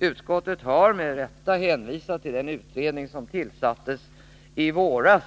Utskottet har med rätta hänvisat till den utredning som tillsattes i våras